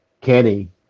Kenny